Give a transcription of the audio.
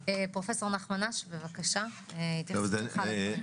פרופ' נחמן אש, בבקשה, התייחסות שלך לדברים.